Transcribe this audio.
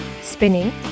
spinning